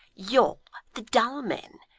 you're the dull men.